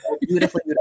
beautifully